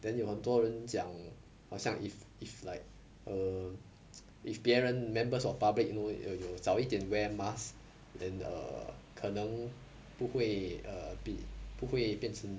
then 有很多人讲好像 if if like err if 别人 members of public you know 有有早一点 wear mask then err 可能不会 err 比不会变成